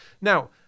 Now